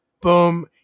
boom